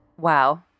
wow